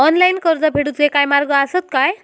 Online कर्ज फेडूचे काय मार्ग आसत काय?